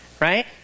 Right